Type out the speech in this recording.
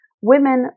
Women